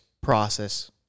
process